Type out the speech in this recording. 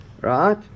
Right